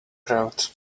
crowd